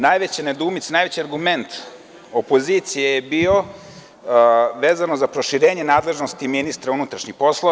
Najveća nedoumica, najveći argument opozicije je bio vezano za proširenje nadležnosti ministra unutrašnjih poslova.